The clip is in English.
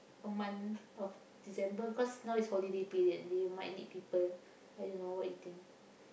a month of December cause now is holiday period they might need people like you know what you think